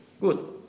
Good